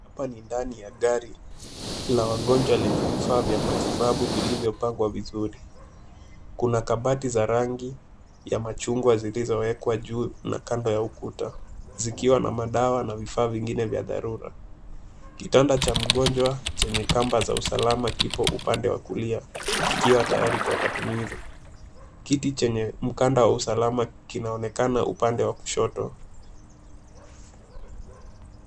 Hapa ni ndani ya gari la wagonjwa lenye vifaa vya matibabu vilivyopangwa vizuri, kuna kabati za rangi ya machungwa zilizowekwa juu na kando ya ukuta, zikiwa na madawa na vifaa vingine vya dharura, kitanda cha mgonjwa chenye kamba za usalama kiko upande wa kulia, kikiwa tayari kwa matumizi, kiti chenye mkanda wa usalama kinaonekana upande wa kushoto.